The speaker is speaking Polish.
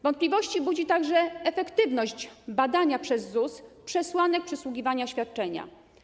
Wątpliwości budzi także efektywność badania przez ZUS przesłanek przysługiwania świadczenia.